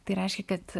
tai reiškia kad